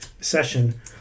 session